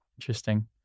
Interesting